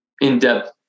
in-depth